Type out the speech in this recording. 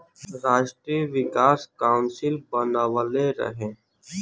राष्ट्रीय विकास काउंसिल बनवले रहे